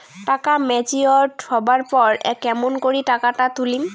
টাকা ম্যাচিওরড হবার পর কেমন করি টাকাটা তুলিম?